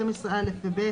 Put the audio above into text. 12(א) ו-(ב),